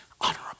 Honorable